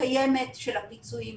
הקיימת של הפיצויים ואומרים,